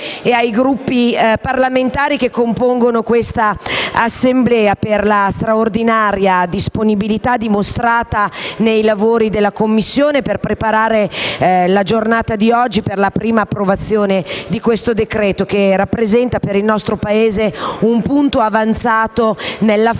e ai Gruppi parlamentari che compongono questa Assemblea per la straordinaria disponibilità dimostrata nei lavori della Commissione per preparare la giornata di oggi per la prima approvazione del decreto-legge in esame, che rappresenta per il nostro Paese un punto avanzato nell'affrontare